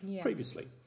previously